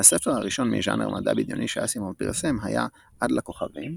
הספר הראשון מז׳אנר מדע בדיוני שאסימוב פרסם היה "עד לכוכבים",